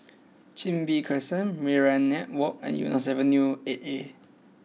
Chin Bee Crescent Minaret Walk and Eunos Avenue Eight A